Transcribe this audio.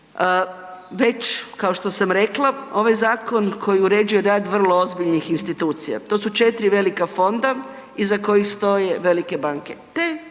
Već kao što sam rekla, ovo je zakon koji uređuje rad vrlo ozbiljnih institucija. To su 4 velika fonda iza kojih stoje velike banke.